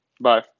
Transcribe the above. Bye